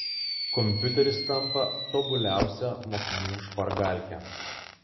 kompiuteris tampa tobuliausia mokinių špargalke